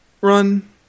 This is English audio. run